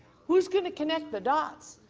who's going to connect the dots,